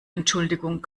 entschuldigung